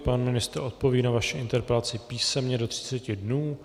Pan ministr odpoví na vaši interpelaci písemně do 30 dnů.